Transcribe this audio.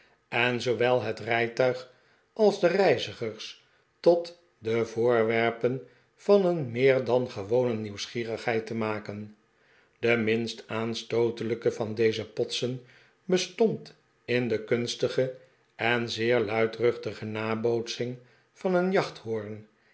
en zoowel het rijtuig als de reizigers tot de voorwerpen van een meer dan gewone nieuwsgierigheid te maken de minst aanstootelijke van deze potsen bestond in de kunstige en zeer luidruchtige nabootsing van een jachthoorn